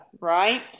right